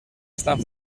estan